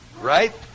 right